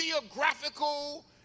geographical